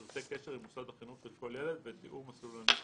ופרטי קשר עם מוסד החינוך של כל ילד ואת תיאור מסלול הנסיעה.